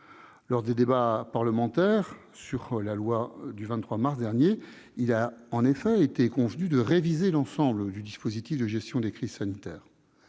Lors des débats parlementaires sur la loi du 23 mars dernier, il a en effet été convenu de réviser l'ensemble du dispositif de gestion des crises sanitaires.